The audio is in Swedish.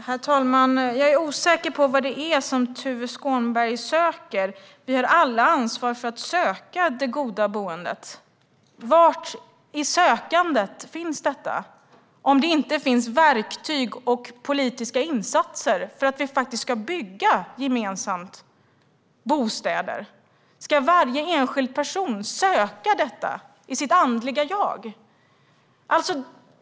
Herr talman! Jag är osäker på vad Tuve Skånberg menar. Vi har alla ansvar för att söka det goda boendet. Hur ska man söka detta om det inte finns verktyg och politiska insatser för att vi gemensamt ska bygga bostäder? Ska varje enskild person söka detta i sitt andliga jag?